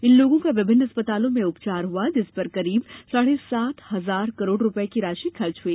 इन लोगों का विभिन्न अस्पतालों में उपचार हुआ जिस पर करीब साढ़े सात हजार करोड़ रुपए की राशि खर्च हुई